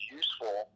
useful